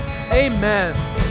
Amen